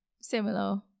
similar